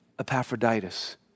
Epaphroditus